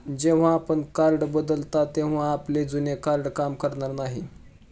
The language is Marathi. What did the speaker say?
जेव्हा आपण कार्ड बदलता तेव्हा आपले जुने कार्ड काम करणार नाही